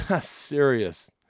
Serious